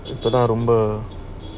இப்பதாரொம்ப:ipatha romba